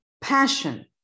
Passion